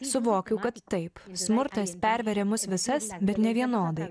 suvokiu kad taip smurtas perveria mus visas bet nevienodai